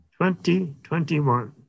2021